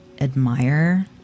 admire